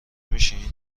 میشین